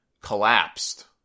collapsed